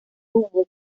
tuvo